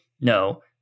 no